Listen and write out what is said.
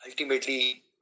ultimately